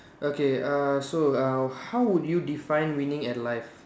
okay uh so uh how would you define winning at life